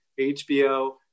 HBO